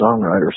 songwriters